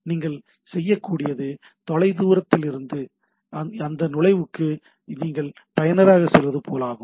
நீங்கள் செய்யக்கூடியது தொலைதூர இடத்திலிருந்து அந்த உள்நுழைவுக்கு நீங்கள் பயனராகச் செல்வது போலாகும்